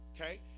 okay